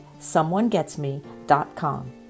someonegetsme.com